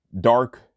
Dark